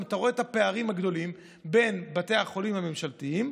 אתה גם רואה את הפערים הגדולים בין בתי החולים הממשלתיים,